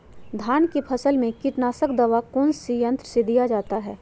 धान की फसल में कीटनाशक दवा कौन सी यंत्र से दिया जाता है?